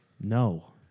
No